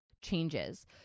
changes